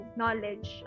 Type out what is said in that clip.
knowledge